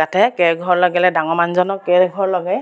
গাঠে কেইঘৰ লাগিলে ডাঙৰ মানুহজনক কেইঘৰ লাগে